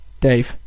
Dave